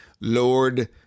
Lord